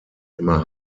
immer